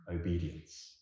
obedience